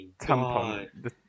Tampon